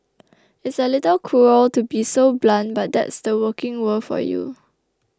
it's a little cruel to be so blunt but that's the working world for you